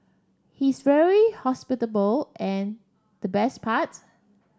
he's very hospitable and the best parts